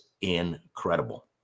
incredible